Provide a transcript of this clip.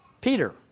Peter